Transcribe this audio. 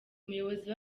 umuyobozi